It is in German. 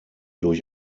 durch